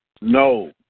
No